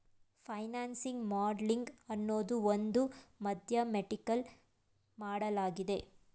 financing modelling ಅನ್ನೋದು ಒಂದು mathematical ಮಾಡಲಾಗಿದೆ